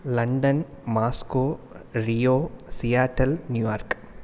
London Moscow rio seattle New York